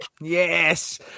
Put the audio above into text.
Yes